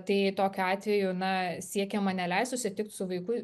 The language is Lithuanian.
tai tokiu atveju na siekiama neleist susitikt su vaiku